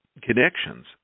connections